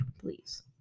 please